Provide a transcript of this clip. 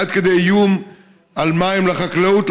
עד כדי איום על מים לחקלאות,